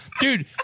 Dude